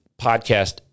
podcast